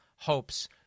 Hopes